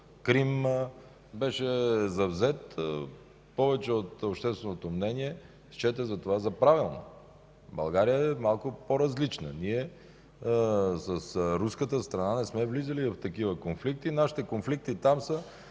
Крим беше завзет, повечето от общественото мнение счете това за правилно. България е малко по-различна. Ние с руската страна не сме влизали в такива конфликти. Нашите конфликти там са